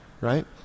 Right